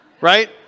Right